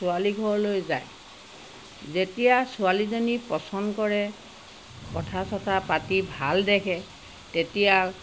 ছোৱালী ঘৰলৈ যায় যেতিয়া ছোৱালীজনী পচন্দ কৰে কথা চথা পাতি ভাল দেখে তেতিয়া